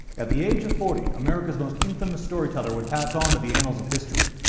at the age of forty, america's most infamous storyteller would pass on to the annals of history,